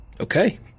Okay